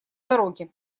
дороге